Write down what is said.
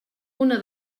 una